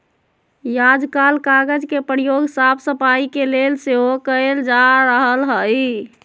याजकाल कागज के प्रयोग साफ सफाई के लेल सेहो कएल जा रहल हइ